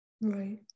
right